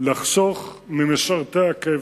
לחסוך ממשרתי הקבע,